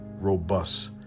robust